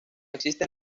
existe